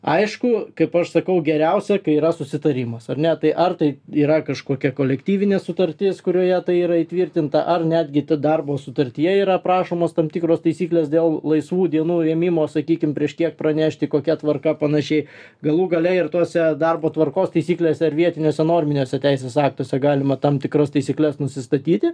aišku kaip aš sakau geriausia yra susitarimas ar ne tai ar tai yra kažkokia kolektyvinė sutartis kurioje tai yra įtvirtinta ar netgi ta darbo sutartyje yra aprašomos tam tikros taisyklės dėl laisvų dienų rėmimo sakykim prieš tiek pranešti kokia tvarka panašiai galų gale ir tose darbo tvarkos taisyklėse ar vietiniuose norminiuose teisės aktuose galima tam tikras taisykles nusistatyti